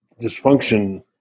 dysfunction